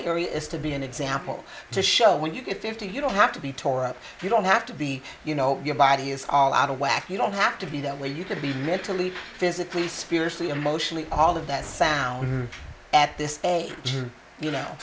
area is to be an example to show when you get fifty you don't have to be tore up you don't have to be you know your body is all out of whack you don't have to be that way you could be mentally physically spiritually emotionally all of that sound at this you know